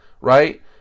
right